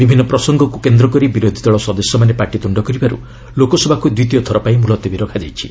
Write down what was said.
ବିଭିନ୍ନ ପ୍ରସଙ୍ଗକୁ କେନ୍ଦ୍କରି ବିରୋଧୀଦଳ ସଦସ୍ୟମାନେ ପାଟିତୃଣ୍ଡ କରିବାରୁ ଲୋକସଭାକୁ ଦ୍ୱିତୀୟଥର ପାଇଁ ମୁଲତବୀ ରଖାଯାଇଛି